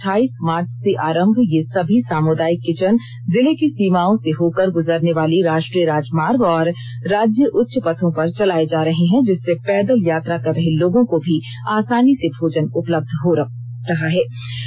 विगत अठाइस मार्च से आरंभ ये सभी सामुदायिक किचन जिले की सीमाओं से होकर गुजरने वाली राष्ट्रीय राज मार्ग और राज्य उच्च पथों पर चलाये जा रहे हैं जिससे पैदल यात्रा कर रहे लोगों को भी आसानी से भोजन उपलब्ध हो पा रहा है